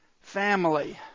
family